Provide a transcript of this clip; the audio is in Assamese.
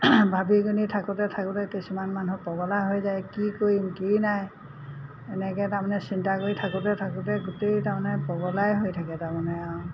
ভাবি গুনি থাকোঁতে থাকোঁতে কিছুমান মানুহক পগলা হৈ যায় কি কৰিম কি নাই এনেকৈ তাৰমানে চিন্তা কৰি থাকোঁতে থাকোঁতে গোটেই তাৰমানে পগলাই হৈ থাকে তাৰমানে আৰু